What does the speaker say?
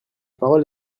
parole